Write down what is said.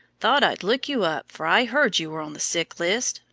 thought i'd look you up, for i heard you were on the sick list.